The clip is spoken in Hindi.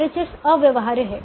RHS अव्यवहार्य हैं